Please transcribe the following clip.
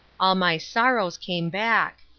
all my sorrows came back.